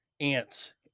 ants